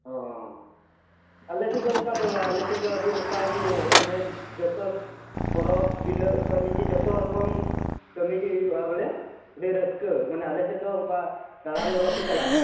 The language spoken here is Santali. ᱚᱻ ᱟᱞᱮ ᱥᱮᱫ ᱫᱚ ᱚᱸᱠᱟ ᱫᱚ ᱵᱟᱝ ᱟᱞᱮᱥᱮᱜ ᱫᱚ ᱟ ᱰᱤ ᱱᱟᱯᱟᱭ ᱜᱮ ᱮ ᱢᱟᱱᱮ ᱡᱚᱛᱚ ᱯᱚᱨᱚᱵ ᱯᱤᱞᱟ ᱜ ᱯᱟ ᱞᱤᱜᱮ ᱡᱚᱛᱚ ᱨᱚᱠᱚᱢ ᱠᱟ ᱢᱤᱜᱮ ᱦᱩᱭᱩᱜᱼᱟ ᱵᱚᱞᱮ ᱟ ᱰᱤ ᱨᱟ ᱥᱠᱟ ᱢᱟᱱᱮ ᱟᱞᱮᱥᱮᱜ ᱫᱚ ᱚᱸᱠᱟ ᱛᱟᱲᱟᱢ ᱫᱚ ᱵᱟᱠᱚ ᱪᱟᱞᱟᱜᱼᱟ